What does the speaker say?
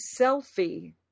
selfie